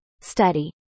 Study